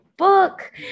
book